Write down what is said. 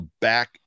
back